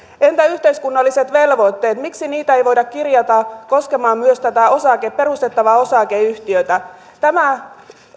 entä yhteiskunnalliset velvoitteet miksi niitä ei voida kirjata koskemaan myös tätä perustettavaa osakeyhtiötä tämä